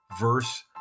verse